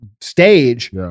stage